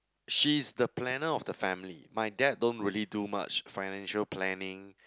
she's the planner of the family my dad don't really do much financial planning